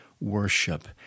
worship